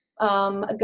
Go